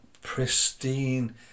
pristine